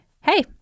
hey